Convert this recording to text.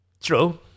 True